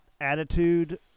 attitude